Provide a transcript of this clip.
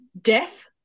Death